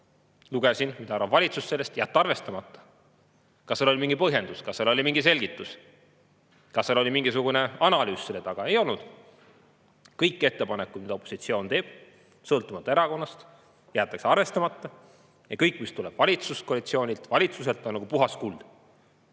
Lugesin, mida arvab sellest valitsus: jätta arvestamata. Kas seal oli mingi põhjendus, kas seal oli mingi selgitus, kas seal oli mingisugune analüüs selle taga? Ei olnud. Kõik ettepanekud, mida opositsioon teeb sõltumata erakonnast, jäetakse arvestamata, ja kõik, mis tuleb valitsuskoalitsioonilt, valitsuselt, on nagu puhas kuld.